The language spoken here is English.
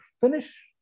Finish